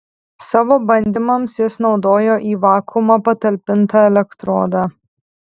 savo bandymams jis naudojo į vakuumą patalpintą elektrodą